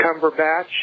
Cumberbatch